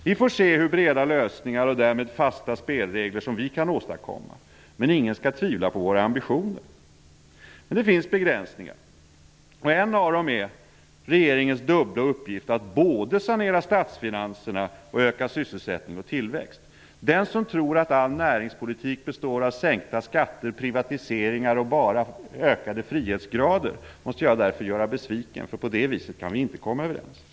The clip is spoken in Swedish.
Vi får se hur breda lösningar, och därmed fasta spelregler, som vi kan åstadkomma, men ingen skall tvivla på våra ambitioner. Men det finns begränsningar. En av dem är regeringens dubbla uppgift att både sanera statsfinanserna och öka sysselsättning och tillväxt. Den som tror att all näringspolitik består av sänkta skatter, privatiseringar och bara ökade frihetsgrader måste jag därför göra besviken. På det viset kan vi inte komma överens.